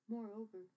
Moreover